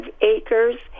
acres